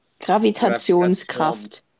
gravitationskraft